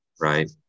Right